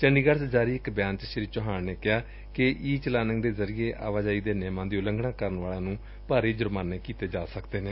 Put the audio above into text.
ਚੰਡੀਗੜ ਚ ਜਾਰੀ ਇਕ ਬਿਆਨ ਚ ਸ੍ਰੀ ਚੌਹਾਨ ਨੇ ਕਿਹਾ ਕਿ ਈ ਚਲਾਨਿੰਗ ਦੇ ਜ਼ਰੀਏ ਆਵਾਜਾਈ ਦੇ ਨੇਮਾਂ ਦੀ ਉਲੰਘਣਾ ਕਰਨ ਵਾਲਿਆਂ ਨੁੰ ਭਾਰੀ ਜੁਰਮਾਨੇ ਕੀਤੇ ਜਾ ਸਕਦੇ ਨੇ